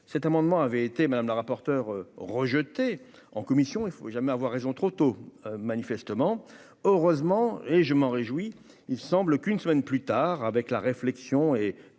cet amendement avait été madame la rapporteure rejeté en commission, il faut jamais avoir raison trop tôt, manifestement, heureusement et je m'en réjouis, il semble qu'une semaine plus tard avec la réflexion est